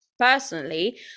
personally